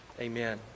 Amen